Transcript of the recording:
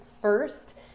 first